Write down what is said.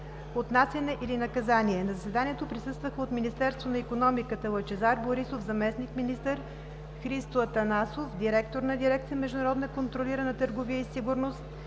отнасяне или наказание. На заседанието присъстваха: от Министерството на икономиката: Лъчезар Борисов – заместник-министър; Христо Атанасов – директор на Дирекция „Международно контролирана търговия и сигурност“;